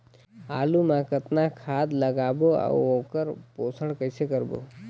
आलू मा कतना खाद लगाबो अउ ओकर पोषण कइसे करबो?